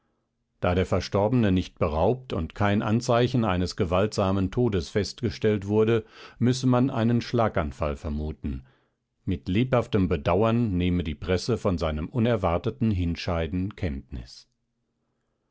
da der verstorbene nicht beraubt und kein anzeichen eines gewaltsamen todes festgestellt wurde müsse man einen schlaganfall vermuten mit lebhaftem bedauern nehme die presse von seinem unerwarteten hinscheiden kenntnis